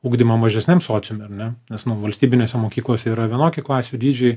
ugdymą mažesniam sociume ar ne nes nu valstybinėse mokyklose yra vienokie klasių dydžiai